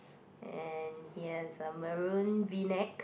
and he has a maroon V neck